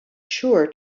sure